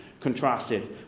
contrasted